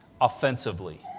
offensively